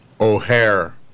O'Hare